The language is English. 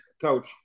coach